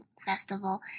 Festival